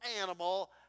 animal